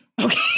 Okay